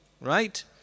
right